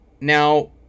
now